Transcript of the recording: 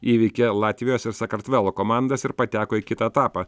įveikė latvijos ir sakartvelo komandas ir pateko į kitą etapą